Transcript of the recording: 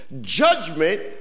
Judgment